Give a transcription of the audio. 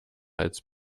als